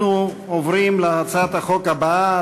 אנחנו עוברים להצעת החוק הבאה,